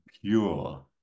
pure